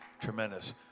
Tremendous